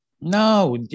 No